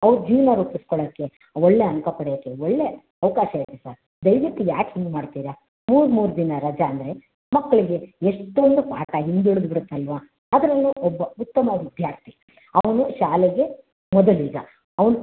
ಅವ್ರ ಜೀವನ ರೂಪಿಸ್ಕೊಳೋಕ್ಕೆ ಒಳ್ಳೆಯ ಅಂಕ ಪಡೆಯೋಕ್ಕೆ ಒಳ್ಳೆಯ ಅವಕಾಶ ಇದೆ ಸರ್ ದಯವಿಟ್ಟು ಯಾಕೆ ಹೀಗ್ ಮಾಡ್ತೀರ ಮೂರು ಮೂರು ದಿನ ರಜ ಅಂದರೆ ಮಕ್ಕಳಿಗೆ ಎಷ್ಟೊಂದು ಪಾಠ ಹಿಂದೆ ಉಳ್ದು ಬಿಡುತ್ತಲ್ವ ಅದರಲ್ಲು ಒಬ್ಬ ಉತ್ತಮ ವಿದ್ಯಾರ್ಥಿ ಅವನು ಶಾಲೆಗೆ ಮೊದಲಿಗ ಅವ್ನು